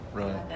right